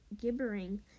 gibbering